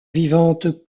vivante